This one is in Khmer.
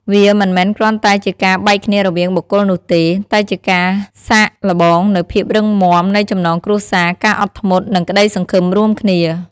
វាមិនមែនគ្រាន់តែជាការបែកគ្នារវាងបុគ្គលនោះទេ តែជាការសាកល្បងនូវភាពរឹងមាំនៃចំណងគ្រួសារ ការអត់ធ្មត់ និងក្តីសង្ឃឹមរួមគ្នា។